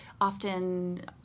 often